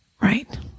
Right